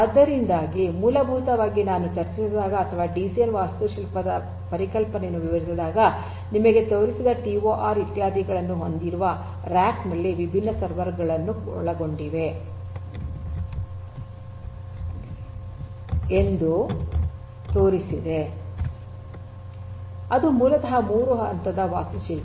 ಆದ್ದರಿಂದ ಮೂಲಭೂತವಾಗಿ ನಾನು ಚರ್ಚಿಸಿದಾಗ ಅಥವಾ ಡಿಸಿಎನ್ ವಾಸ್ತುಶಿಲ್ಪದ ಪರಿಕಲ್ಪನೆಯನ್ನು ವಿವರಿಸಿದಾಗ ನಿಮಗೆ ತೋರಿಸಿದ ಟಿಒಆರ್ ಇತ್ಯಾದಿಗಳನ್ನು ಹೊಂದಿರುವ ರ್ಯಾಕ್ ವಿಭಿನ್ನ ಸರ್ವರ್ ಗಳನ್ನು ಒಳಗೊಂಡಿರುತ್ತದೆ ಎಂದು ತೋರಿಸಿದೆ ಅದು ಮೂಲತಃ 3 ಹಂತದ ವಾಸ್ತುಶಿಲ್ಪ